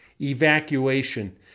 evacuation